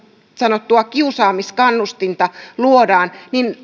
sanottua kiusaamiskannustinta luodaan